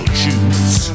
choose